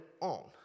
on